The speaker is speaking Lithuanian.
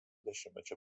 dešimtmečio